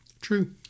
True